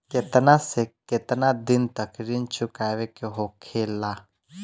केतना से केतना दिन तक ऋण चुकावे के होखेला?